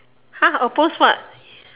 !huh! oppose what